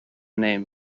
name